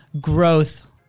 growth